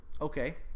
Okay